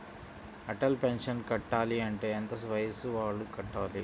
Atal pension కట్టాలి అంటే ఎంత వయసు వాళ్ళు కట్టాలి?